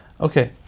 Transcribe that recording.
okay